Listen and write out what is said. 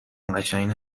قشنگ